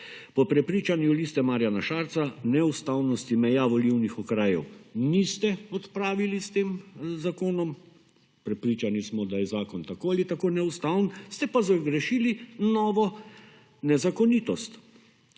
Po prepričanju Liste Marjana Šarca, neustavnosti meja volilnih okrajev niste odpravili s tem zakonom. Prepričani smo, da je zakon tako ali tako neustaven, ste pa zagrešili novo nezakonitost